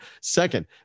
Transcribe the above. second